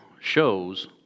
shows